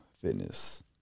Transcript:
fitness